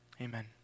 Amen